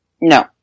No